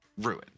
ruined